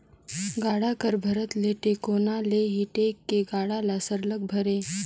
गाड़ा कर भरत ले टेकोना ले ही टेक के गाड़ा ल सरलग भरे